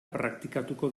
praktikatuko